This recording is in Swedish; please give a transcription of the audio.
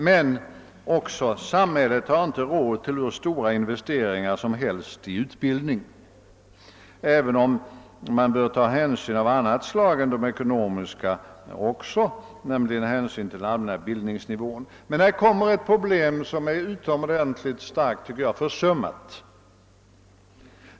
Men samhället har å andra sidan inte råd med hur stora investeringar som helst i utbildning, även om man bör ta också andra hänsyn än ekonomiska, nämligen hän synen till den allmänna bildningsnivån. Men här uppträder ett problem som jag tycker är utomordentligt starkt försummat.